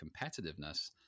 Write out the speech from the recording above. competitiveness